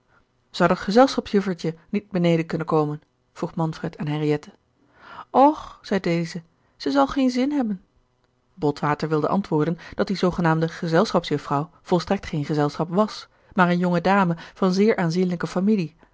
zou dat gezelschapsjuffertje niet beneden kunnen komen vroeg manfred aan henriette och zeide deze ze zal geen zin hebben botwater wilde antwoorden dat die zoogenaamde gezelschapsjufvrouw volstrekt geen gezelschap was maar eene jonge dame van zeer aanzienlijke familie